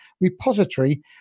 repository